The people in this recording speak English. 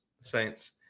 Saints